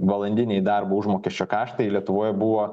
valandiniai darbo užmokesčio kaštai lietuvoje buvo